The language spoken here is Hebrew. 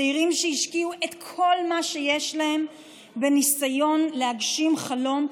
צעירים שהשקיעו את כל מה שיש להם בניסיון להגשים חלום,